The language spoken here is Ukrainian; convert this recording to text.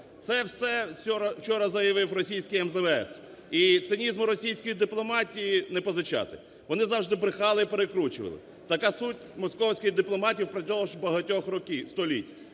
Це все вчора заявив російський МЗС, і цинізму російської дипломатії не позичати, вони завжди брехали і перекручували. Така суть московської дипломатії впродовж багатьох століть.